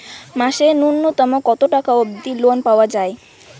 মাসে নূন্যতম কতো টাকা অব্দি লোন পাওয়া যায়?